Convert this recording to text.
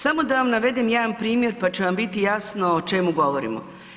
Samo da vam navedem jedan primjer pa će vam biti jasno o čemu govorimo.